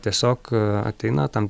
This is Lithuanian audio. tiesiog ateina tam